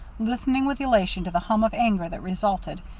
listening with elation to the hum of anger that resulted,